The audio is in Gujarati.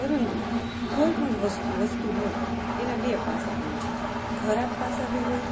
પરંતુ કોઈપણ વસ્તુ વસ્તુ હોય એનાં બે પાસા હોય છે ખરાબ પાસા બી હોય